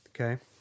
Okay